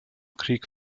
krieg